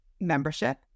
membership